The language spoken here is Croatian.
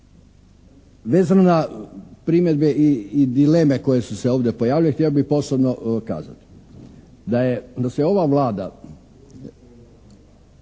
Vezano na primjedbe i dileme koje su se ovdje pojavile htio bih posebno kazati da se ova Vlada